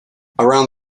around